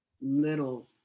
little